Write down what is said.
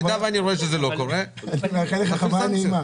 במידה ואני רואה שזה לא קורה, נפעיל סנקציות.